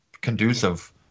conducive